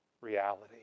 reality